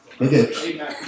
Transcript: Okay